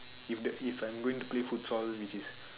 is the if I'm going to play futsal which is